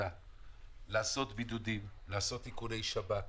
לעשות בידוד, לעשות איכוני שב"כ,